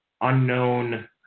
unknown